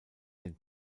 den